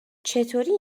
چطوری